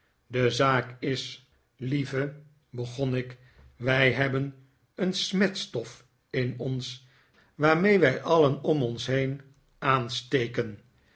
de zaak is lieve begon ik wij hebben een smetstof in ons waarmee wij alien om ons heen aansteken